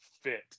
fit